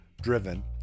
driven